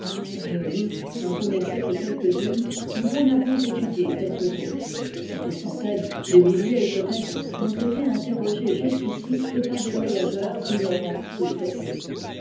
réaumur n'en connaissait que quelques uçies nous en avons étudié quelques autres mais des centaines des milliers peut-être n'ont été interrogées jusqu'ici que par des voyageurs ignorants ou pressés